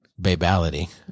Babality